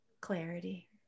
clarity